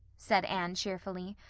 said anne cheerfully.